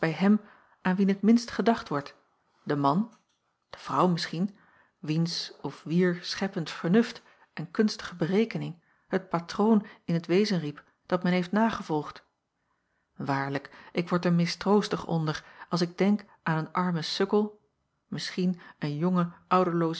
hem aan wien t minst gedacht wordt den man de vrouw misschien wiens of wier scheppend vernuft en kunstige berekening het patroon in t wezen riep dat men heeft nagevolgd waarlijk ik word er mistroostig onder als ik denk aan een arme sukkel misschien een jonge